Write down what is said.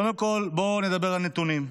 קודם כול, בואו נדבר על נתונים.